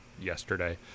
yesterday